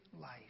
life